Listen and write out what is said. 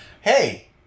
Hey